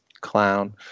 clown